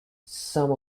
some